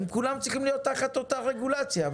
הם כולם צריכים להיות תחת אותה רגולציה.